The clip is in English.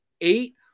eight